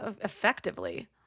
effectively